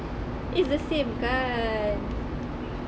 it's the same kan